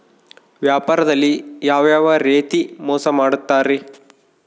ವ್ಯಾಪಾರದಲ್ಲಿ ಯಾವ್ಯಾವ ರೇತಿ ಮೋಸ ಮಾಡ್ತಾರ್ರಿ?